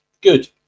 good